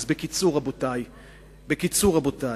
בקיצור, רבותי,